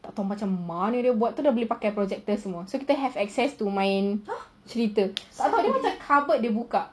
tak tahu macam mana dia buat terus boleh pakai projector semua so kita have access to main cerita dia macam cupboard dia buka